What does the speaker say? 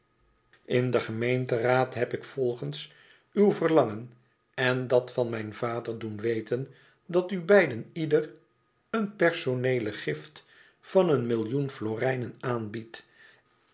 in den gemeenteraad heb ik volgens uw verlangen en dat e ids aargang van mijn vader doen weten dat u beiden ieder een personeele gift van een millioen florijnen aanbiedt